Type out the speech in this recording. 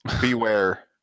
Beware